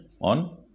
on